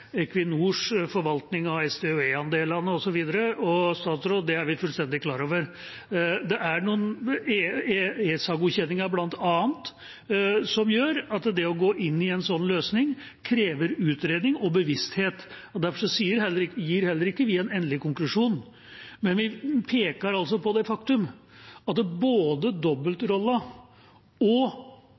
Equinors forvaltning av SDØE-andelene osv., og det er vi fullstendig klar over. Det er bl.a. ESA-godkjenningen som gjør at det å gå inn i en sånn løsning krever utredning og bevissthet. Derfor gir heller ikke vi en endelig konklusjon, men vi peker på det faktum at både dobbeltrollen og